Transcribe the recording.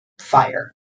fire